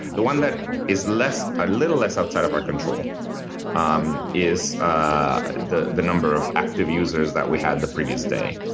the one that is a ah little less outside of our control um is ah the the number of active users that we had the previous day.